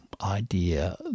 idea